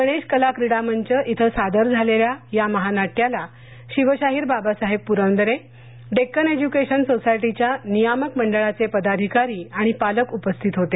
गणेश कला क्रीडा मंच इथं सादर झालेल्या या महानाट्याला शिवशाहीर बाबासाहेब पुरंदरे डेक्कन एज्युकेशन सोसायटीच्या नियामक मंडळाचे पदाधिकारी आणि पालक उपस्थित होते